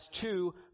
two